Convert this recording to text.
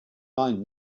mine